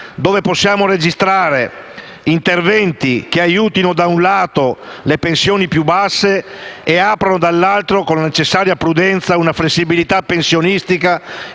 dove possiamo registrare interventi che aiutano, da un lato, le pensioni più basse e aprono, dall'altro, con la necessaria prudenza, una flessibilità pensionistica